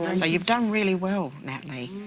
so you've done really well, natalie,